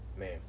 Man